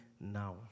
now